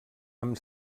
amb